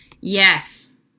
Yes